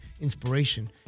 inspiration